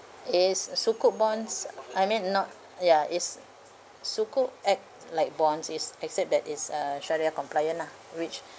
it's a sukuk bonds I mean not ya it's sukuk act like bonds it's except that it's uh syariah compliant lah which